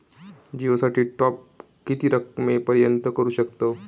जिओ साठी टॉप किती रकमेपर्यंत करू शकतव?